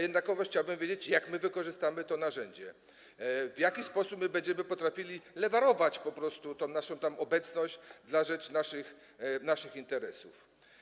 Jednakowoż chciałbym wiedzieć, jak wykorzystamy to narzędzie, w jaki sposób będziemy potrafili lewarować po prostu naszą tam obecność na rzecz naszych interesów.